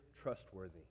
trustworthy